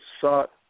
sought